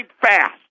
fast